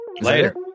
later